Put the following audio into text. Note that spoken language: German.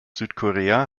südkorea